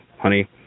honey